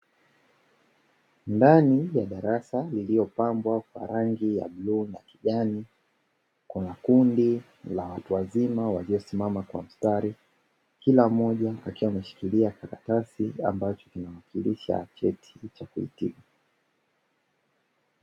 Ndani ya darasa lililopambwa kwa rangi ya bluu na kijani, kuna kundi la watu wazima waliosimama kwa mstari. Kila mmoja akiwa ameshikilia karatasi ambacho kinawakilisha cheti cha kuhitimu.